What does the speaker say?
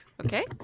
Okay